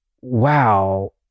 wow